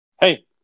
Hey